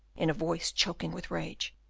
in a voice choked with rage.